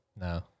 No